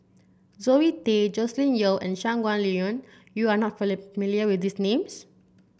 Zoe Tay Joscelin Yeo and Shangguan Liuyun you are not million with these names